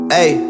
Hey